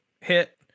hit